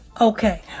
Okay